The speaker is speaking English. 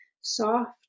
soft